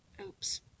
Oops